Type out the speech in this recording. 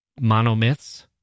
monomyths